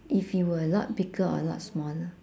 if it were a lot bigger or a lot smaller